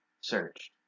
searched